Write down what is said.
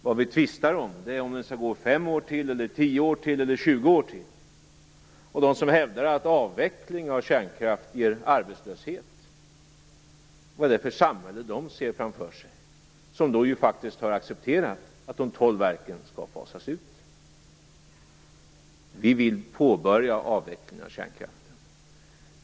Vad vi tvistar om, är om den skall gå i fem år, tio år eller tjugo år till. Vilket samhälle ser de människor framför sig som hävdar att avveckling av kärnkraft ger arbetslöshet, när de faktiskt har accepterat att de tolv verken skall fasas ut? Vi vill påbörja avvecklingen av kärnkraften.